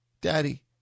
Daddy